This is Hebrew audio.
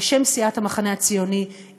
בשם סיעת המחנה הציוני,